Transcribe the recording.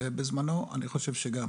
אני חושב שגם